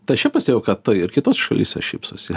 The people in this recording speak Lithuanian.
tai aš ir pastebėjau kad tai ir kitose šalyse šypsosi